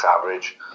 average